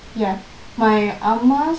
ya my ஆமா:amma